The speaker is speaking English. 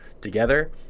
together